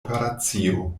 operacio